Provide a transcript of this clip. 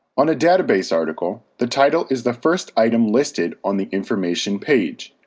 on a database article, the title is the first item listed on the information page.